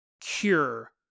cure